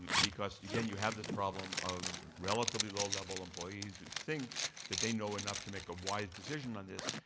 because again, you have this problem of relatively low level employees who think that they know enough to make a wise decision on this,